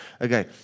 Okay